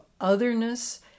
otherness